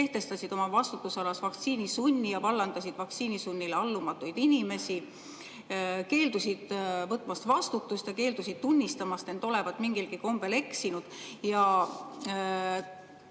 kehtestasid oma vastutusalas vaktsiinisunni ja vallandasid vaktsiinisunnile allumatuid inimesi, keeldusid võtmast vastutust ja keeldusid tunnistamast end olevat mingilgi kombel eksinud.